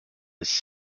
his